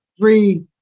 Three